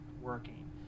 working